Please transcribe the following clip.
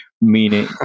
meaning